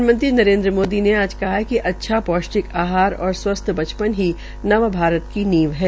प्रधानमंत्री नरेन्द्र मोदी ने आज कहा है कि अच्छा पौष्टिक आहार और स्वस्थ बचपन ही नव भारत की नींव है